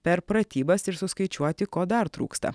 per pratybas ir suskaičiuoti ko dar trūksta